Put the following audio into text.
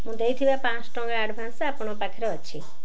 ମୁଁ ଦେଇଥିବା ପାଁଶ ଟଙ୍କା ଆଡ଼ଭାନ୍ସ ଆପଣଙ୍କ ପାଖରେ ଅଛି